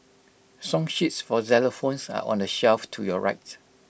song sheets for xylophones are on the shelf to your right